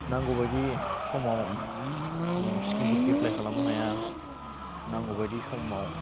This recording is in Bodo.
नांगौबायदि समाव स्खिमफोरखौ एप्लाइ खालामनो हाया नांगौ बायदि समाव